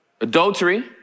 adultery